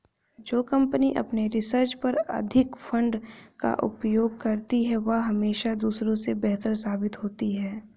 जो कंपनी अपने रिसर्च पर अधिक फंड का उपयोग करती है वह हमेशा दूसरों से बेहतर साबित होती है